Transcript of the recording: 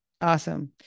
Awesome